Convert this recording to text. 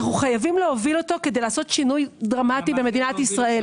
אנו חייבים להוביל אותו כדי לעשות שינוי דרמטי במדינת ישראל,